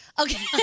Okay